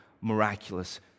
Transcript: miraculous